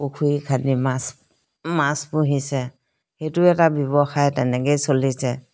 পুখুৰী খান্দি মাছ মাছ পুহিছে সেইটো এটা ব্যৱসায় তেনেকেই চলিছে